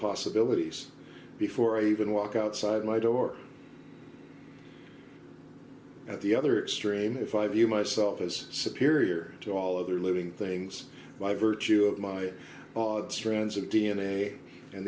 possibilities before i even walk outside my door at the other extreme if i view myself as superior to all other living things by virtue of my strands of d n a and